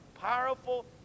powerful